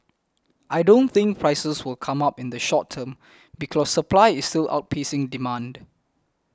I don't think prices will come up in the short term because supply is still outpacing demand